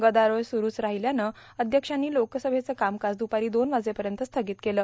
गदारोळ सुरुच राहाल्याचं अध्यक्षांनी लोकसभेचं कामकाज द्पारां दोन वाजेपयत स्थागत केलं